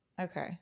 Okay